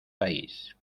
país